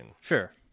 sure